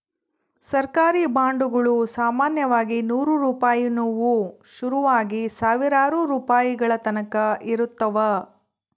ಸರ್ಕಾರಿ ಬಾಂಡುಗುಳು ಸಾಮಾನ್ಯವಾಗಿ ನೂರು ರೂಪಾಯಿನುವು ಶುರುವಾಗಿ ಸಾವಿರಾರು ರೂಪಾಯಿಗಳತಕನ ಇರುತ್ತವ